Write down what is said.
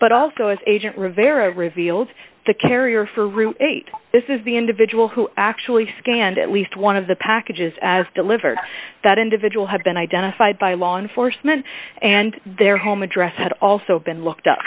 but also as agent rivera revealed the carrier for room eight this is the individual who actually scanned at least one of the packages as delivered that individual had been identified by law enforcement and their home address had also been looked up